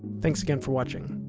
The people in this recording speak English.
thanks again for watching.